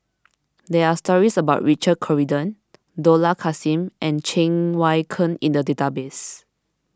there are stories about Richard Corridon Dollah Kassim and Cheng Wai Keung in the database